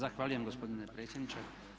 Zahvaljujem gospodine predsjedniče.